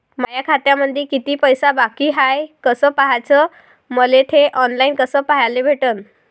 माया खात्यामंधी किती पैसा बाकी हाय कस पाह्याच, मले थे ऑनलाईन कस पाह्याले भेटन?